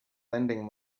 lending